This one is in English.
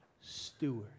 steward